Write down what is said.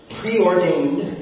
preordained